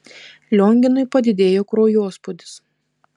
lionginui padidėjo kraujospūdis